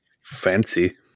fancy